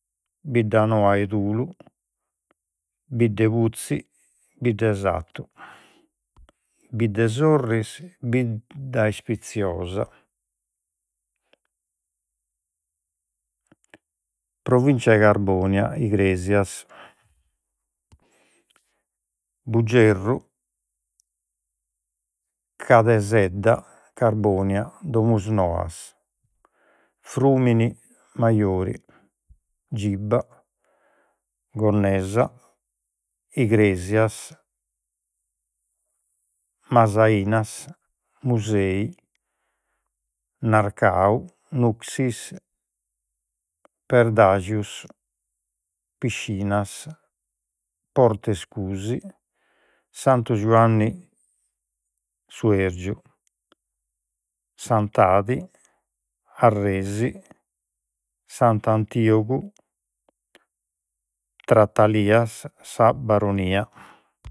Biddanoa 'e Tulu Biddeputzi Biddesatu Biddesorris Biddaspitziosa Provinzia de Carbònia- Igrèsias Bugerru Câdesédda Carbònia Domusnoas Frùmini Majori Giba Gonnesa Igresias Masainas Musei Narcau Nuxis Perdaxius Piscinas Portescusi Santu Giuanni Suergiu Santadi Arresi Santu Antiogu Tratalias Sa Baronìa